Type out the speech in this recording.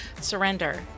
Surrender